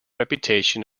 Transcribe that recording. reputation